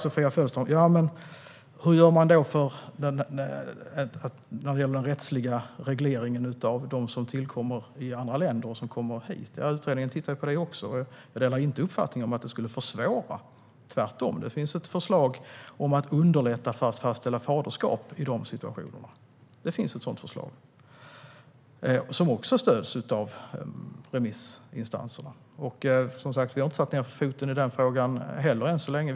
Sofia Fölster frågar hur man gör med den rättsliga regleringen för dem som tillkommer i andra länder och kommer hit. Utredningen tittade på det också, och jag delar inte uppfattningen att det skulle försvåras. Tvärtom. Det finns ett förslag om att underlätta för att fastställa faderskap i dessa situationer. Det förslaget stöds också av remissinstanserna. Vi har inte satt ned foten i den frågan heller än så länge.